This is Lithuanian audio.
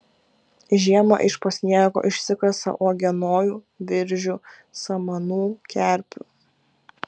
žiemą iš po sniego išsikasa uogienojų viržių samanų kerpių